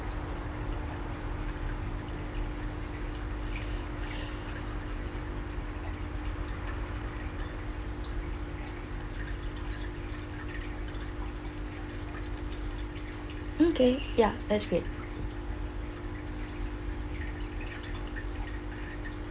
okay ya that's great